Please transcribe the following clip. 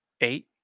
Eight